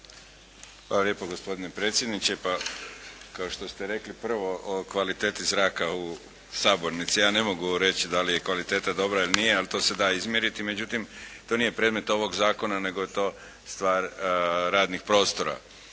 Hvala lijepo gospodine predsjedniče. Pa, kao što ste rekli prvo o kvaliteti zraka u sabornici. Ja ne mogu reći da li je kvaliteta dobra ili nije, ali to se da izmjeriti, međutim, to nije predmet ovog zakona, nego je to stvar radnih prostora.